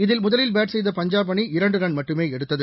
இதில் முதலில் பேட் செய்த பஞ்சாப் அணி இரண்டு ரன் மட்டுமே எடுத்தது